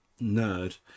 nerd